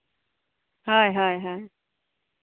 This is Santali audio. ᱦᱳᱭ ᱦᱳᱭ